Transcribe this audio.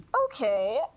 Okay